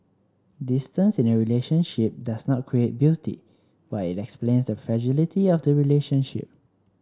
distance in a relationship does not create beauty but it explains the fragility of the relationship